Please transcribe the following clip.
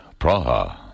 Praha